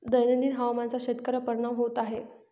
दैनंदिन हवामानाचा शेतकऱ्यांवर परिणाम होत आहे